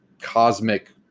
cosmic